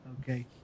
okay